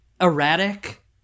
erratic